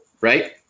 right